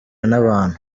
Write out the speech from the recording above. nabantu